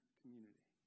community